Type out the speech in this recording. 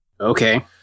Okay